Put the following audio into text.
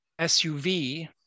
SUV